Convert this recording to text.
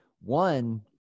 One